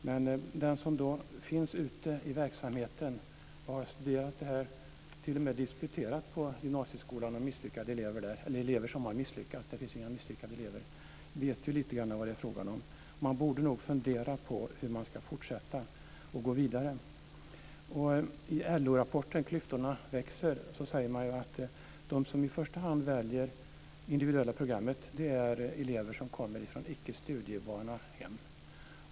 Men den som finns ute i verksamheten och har studerat det här, och t.o.m. disputerat på gymnasieskolan och elever som har misslyckats, vet ju lite grann vad det är frågan om. Man borde nog fundera på hur man ska fortsätta och gå vidare. I LO-rapporten Klyftorna växer säger man att de som i första hand väljer det individuella programmet är elever som kommer från icke-studievana hem.